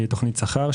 שכר.